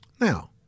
Now